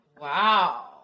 Wow